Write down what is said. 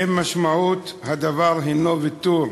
האם משמעות הדבר היא ויתור